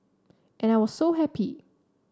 and I was so happy